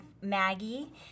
Maggie